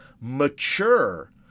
mature